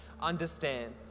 understand